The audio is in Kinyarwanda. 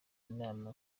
nama